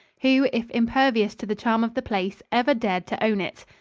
who, if impervious to the charm of the place, ever dared to own it?